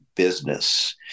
Business